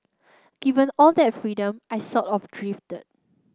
given all that freedom I sort of drifted